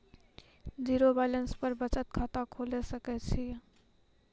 Zero balance पर बचत खाता खोले सकय छियै?